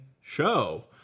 show